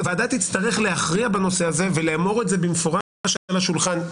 הוועדה תצטרך להכריע בנושא הזה ולהגיד את זה במפורש על השולחן,